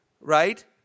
right